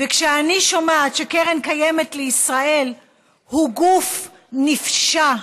וכשאני שומעת שקרן קיימת לישראל היא גוף נפשע,